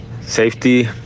safety